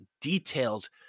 details